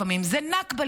לפעמים זה נכבה,